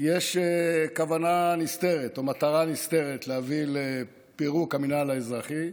יש כוונה נסתרת או מטרה נסתרת להביא לפירוק המינהל האזרחי,